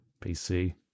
PC